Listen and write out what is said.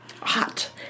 hot